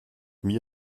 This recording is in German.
mir